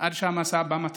או שהמשאית קורסת.